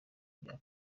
bya